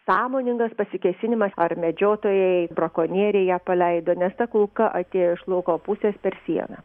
sąmoningas pasikėsinimas ar medžiotojai brakonieriai ją paleido nes ta kulka atėjo iš lauko pusės per sieną